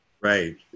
Right